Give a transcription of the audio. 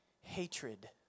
hatred